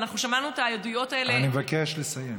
ואנחנו שמענו את העדויות האלה, אני מבקש לסיים.